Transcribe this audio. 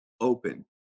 open